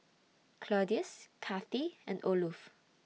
Claudius Kathi and Olof